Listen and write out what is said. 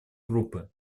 группы